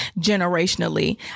generationally